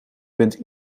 bent